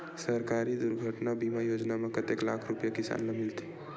सहकारी दुर्घटना बीमा योजना म कतेक लाख रुपिया किसान ल मिलथे?